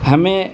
ہمیں